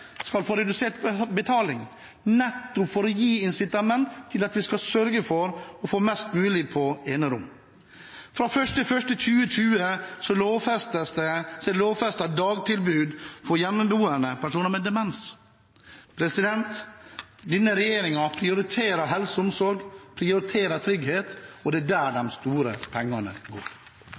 skal få redusert betaling, nettopp for å gi incitament til å sørge for å få flest mulig på enerom. Fra 1. januar 2020 lovfestes det dagtilbud for hjemmeboende personer med demens. Denne regjeringen prioriterer helse og omsorg, prioriterer trygghet, og det er der de store pengene går.